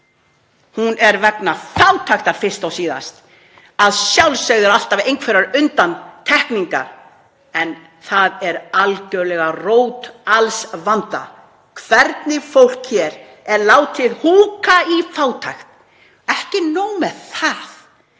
Hún er vegna fátæktar fyrst og síðast, að sjálfsögðu eru alltaf einhverjar undantekningar, en það er algerlega rót alls vanda hvernig fólk hér er látið húka í fátækt. Ekki nóg með það.